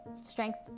Strength